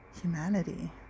humanity